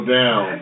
down